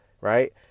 right